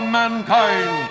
mankind